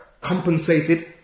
compensated